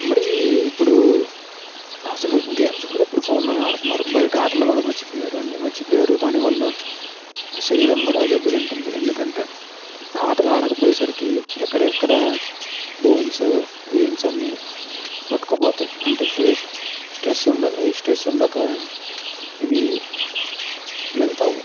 మరి ఇప్పుడు అసలు గేమ్స్ కూడా ఇప్పుడు ఫోన్లోనే ఆడుతున్నారు బయట ఆటలు కూడా మర్చిపోయారు అన్నీ మర్చిపోయారు దాని వల్ల శరీరం కూడా దెబ్బతింటుంది ఎందుకంటే ఆటలు ఆడక పోయే సరికి ఎక్కడెక్కడ బోన్స్ వెయిన్స్ అన్నీ పట్టుకు పోతాయి అంటే స్ట్రెస్ స్ట్రెస్ ఉండక ఇవి లెంగ్త్ అవ్వవు